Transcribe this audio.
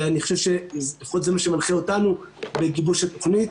ואני חושב שזה מה שמנחה אותנו בגיבוש התוכנית.